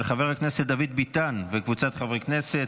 של חבר הכנסת דוד ביטן וקבוצת חברי הכנסת.